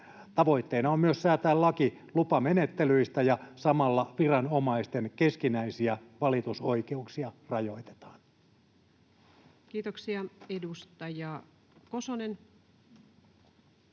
Tavoitteena on myös säätää laki lupamenettelyistä, ja samalla viranomaisten keskinäisiä valitusoikeuksia rajoitetaan. [Speech 254] Speaker: